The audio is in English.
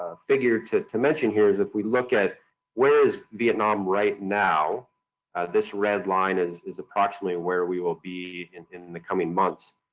ah figure to to mention here is if we look at where is vietnam right now this red line is is approximately where we will be in in the coming months